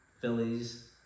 Phillies